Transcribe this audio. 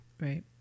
Right